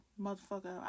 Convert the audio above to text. motherfucker